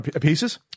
Pieces